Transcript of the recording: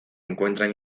encuentran